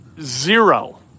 Zero